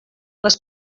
les